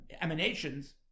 emanations